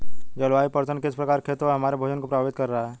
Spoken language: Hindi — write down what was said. जलवायु परिवर्तन किस प्रकार खेतों और हमारे भोजन को प्रभावित कर रहा है?